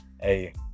hey